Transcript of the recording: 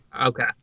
Okay